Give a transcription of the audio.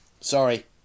sorry